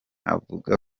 avuga